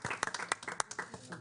טוב,